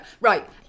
Right